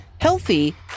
healthy